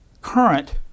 current